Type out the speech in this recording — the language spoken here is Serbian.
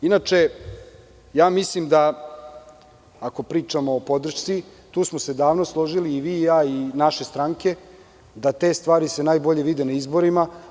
Inače, mislim da ako pričamo o podršci, tu smo se davno složili i vi i ja i naše stranke da te stvari se najbolje vide na izborima.